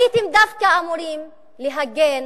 הייתם דווקא אמורים להגן